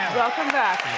welcome back.